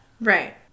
Right